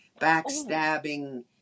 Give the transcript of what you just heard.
backstabbing